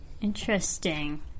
Interesting